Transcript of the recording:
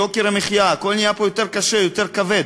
יוקר המחיה, הכול נהיה פה יותר קשה, יותר כבד.